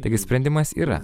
taigi sprendimas yra